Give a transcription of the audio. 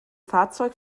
fahrzeug